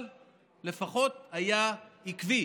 אבל לפחות היה עקבי,